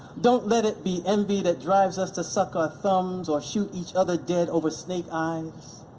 don't let it be envy that drives us to suck our thumbs or shoot each other dead over snake eyes.